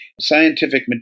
scientific